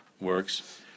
works